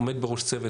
עומד בראש צוות,